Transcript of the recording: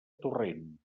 torrent